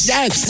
Yes